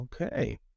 Okay